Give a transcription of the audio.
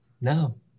No